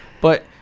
But-